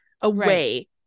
away